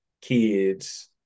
kids